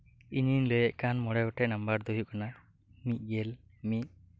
ᱤᱧᱤᱧ ᱞᱟᱹᱭᱮᱫ ᱠᱟᱱ ᱢᱚᱬᱮᱜᱚᱴᱮᱱ ᱱᱟᱢᱵᱟᱨ ᱫᱚ ᱦᱩᱭᱩᱜ ᱠᱟᱱᱟ ᱢᱤᱫᱽᱜᱮᱞ ᱢᱤᱫᱽ